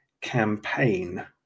campaign